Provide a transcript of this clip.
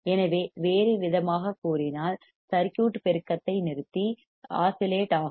எனவே வேறுவிதமாகக் கூறினால் சர்க்யூட் பெருக்கத்தை நிறுத்தி ஊசலாடும் ஆஸிலேட் ஆகும்